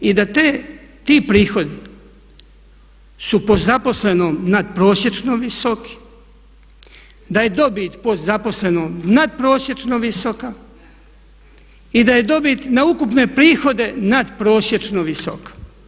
I da ti prihodi su po zaposlenom nadprosječno visoki, da je dobit po zaposlenom nadprosječno visoka i da je dobit na ukupne prihode nadprosječno visoka.